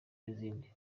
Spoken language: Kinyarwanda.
n’izindi